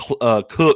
Cook